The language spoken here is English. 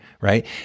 right